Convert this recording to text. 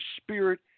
spirit